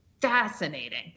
fascinating